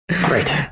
Great